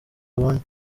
babonye